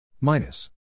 Minus